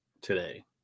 today